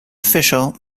official